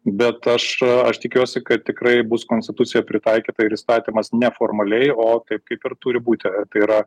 bet aš aš tikiuosi kad tikrai bus konstitucija pritaikyta ir įstatymas neformaliai o taip kaip ir turi būti tai yra